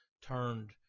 turned